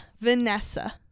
Vanessa